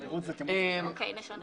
אוקיי, נשנה.